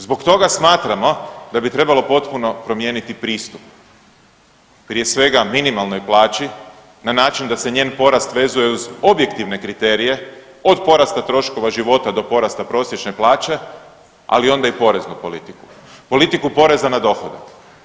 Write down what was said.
Zbog toga smatramo da bi trebalo potpuno promijeniti pristup, prije svega minimalnoj plaći na način da se njen porast vezuje uz objektivne kriterije od porasta troškova života do porasta prosječne plaće, ali onda i poreznu politiku, politiku poreza na dohodak.